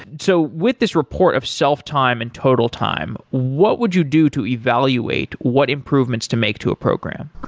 so with this report of self-time and total time, what would you do to evaluate what improvements to make to a program.